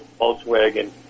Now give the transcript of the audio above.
Volkswagen